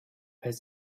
has